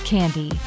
Candy